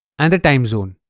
and the time zone